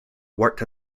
worked